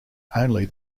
only